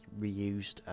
reused